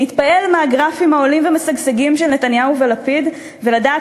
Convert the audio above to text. להתפעל מהגרפים העולים ומשגשגים של נתניהו ולפיד ולדעת